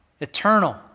eternal